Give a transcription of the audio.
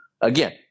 Again